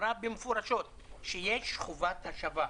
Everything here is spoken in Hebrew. אמרה מפורשות שיש חובת השבה.